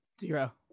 Zero